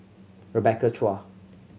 Rebecca Chua